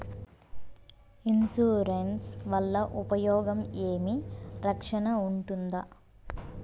Insurance వల్ల ఉపయోగం ఏమి? రక్షణ ఉంటుందా?